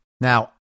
Now